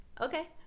Okay